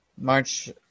March